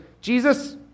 Jesus